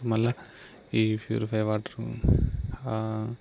మళ్ళీ ఈ purify water